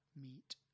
meet